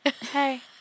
Hey